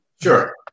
Sure